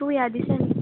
तूं ह्या दिसानी